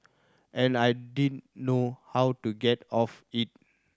and I didn't know how to get off it